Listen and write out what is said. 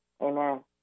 amen